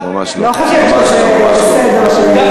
לא חושבת שזה בסדר, את יכולה